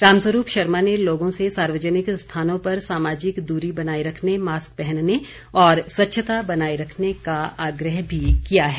रामस्वरूप शर्मा ने लोगों से सार्वजनिक स्थानों पर सामाजिक दूरी बनाए रखने मास्क पहनने और स्वच्छता बनाए रखने का आग्रह भी किया है